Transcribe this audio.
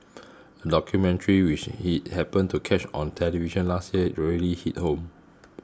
a documentary which he happened to catch on television last year really hit home